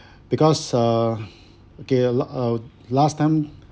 because uh okay uh uh last time